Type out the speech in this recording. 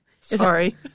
Sorry